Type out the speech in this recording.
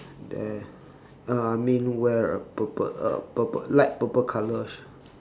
there uh I mean wear a purple uh purple light purple colour